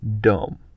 dumb